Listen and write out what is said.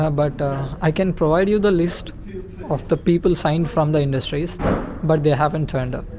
ah but i can provide you the list of the people signed from the industries but they haven't turned up.